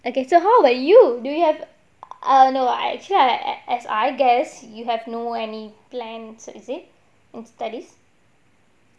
okay so how about you do you have err no I actually I as I guess you have no any planned exit from studies